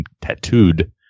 tattooed